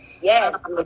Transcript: yes